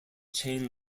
chain